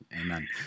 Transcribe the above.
Amen